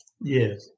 Yes